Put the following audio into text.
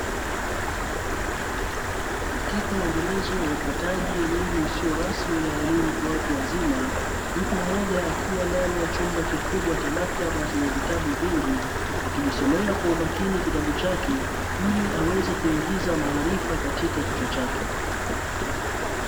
Katika uendelezo wa upataji elimu isiyo rasmi na elimu kwa watu wazima, mtu mmoja akiwa ndani ya chumba kikubwa cha maktaba chenye vitabu vingi, akijisomea kwa umakini kitabu chake, ili aweze kuingiza maarifa katika kichwa chake.